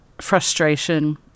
frustration